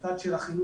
את הצד של החינוך,